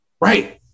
Right